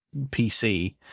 PC